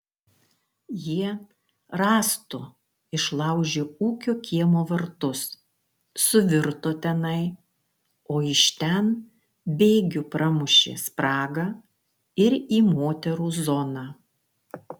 jie rąstu išlaužė ūkio kiemo vartus suvirto tenai o iš ten bėgiu pramušė spragą ir į moterų zoną